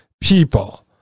people